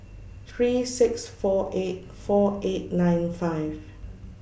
three six four eight four eight nine five